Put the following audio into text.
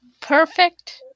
perfect